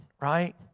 right